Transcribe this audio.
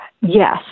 Yes